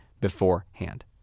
beforehand